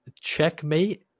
Checkmate